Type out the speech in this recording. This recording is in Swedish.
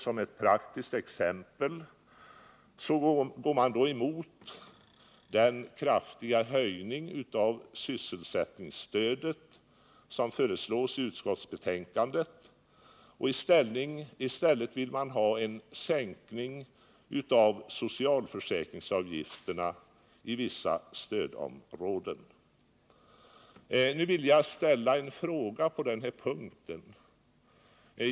Som ett praktiskt exempel går man då emot den kraftiga höjning av sysselsättningsstödet som föreslås i utskottsbetänkandet, och i stället vill man ha en sänkning av socialförsäkringsavgifterna i vissa stödområden. Nu vill jag ställa en fråga på den här punkten.